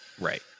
right